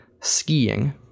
skiing